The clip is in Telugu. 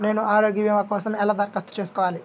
నేను ఆరోగ్య భీమా కోసం ఎలా దరఖాస్తు చేసుకోవాలి?